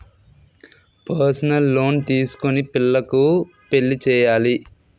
personal loan తీసుకొని పిల్లకు పెళ్లి చేయాలి